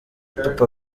papa